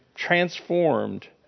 transformed